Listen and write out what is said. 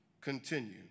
continue